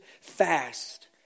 fast